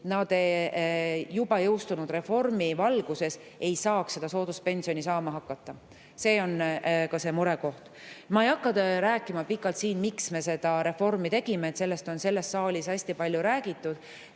juba jõustunud reformi valguses ei saaks seda sooduspensioni saama hakata. See on see murekoht. Ma ei hakka rääkima siin pikalt, miks me seda reformi tegime, sellest on siin saalis hästi palju räägitud.